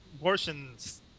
abortions